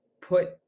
put